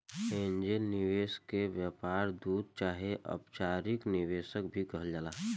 angel निवेशक के व्यापार दूत चाहे अपचारिक निवेशक भी कहल जाला